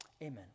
Amen